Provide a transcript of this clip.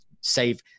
save